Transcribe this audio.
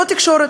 לא תקשורת,